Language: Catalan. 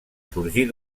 sorgir